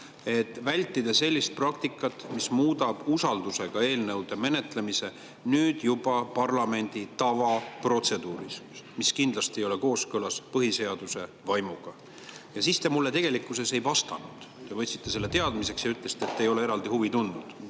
et vältida sellist praktikat, mis muudab usaldusküsimusega seotud eelnõude menetlemise nüüd juba parlamendi tavaprotseduuriks, mis kindlasti ei ole kooskõlas põhiseaduse vaimuga. Ja siis te mulle tegelikkuses ei vastanud. Te võtsite selle teadmiseks ja ütlesite, et te ei ole eraldi huvi tundnud